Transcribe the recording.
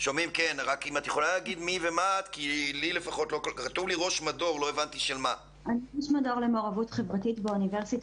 וללא יכולת מעקב אחרי הפעילות וללא מעורבות של המוסדות